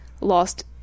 lost